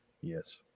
Yes